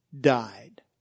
died